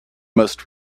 most